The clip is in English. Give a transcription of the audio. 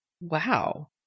wow